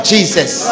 Jesus